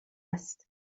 است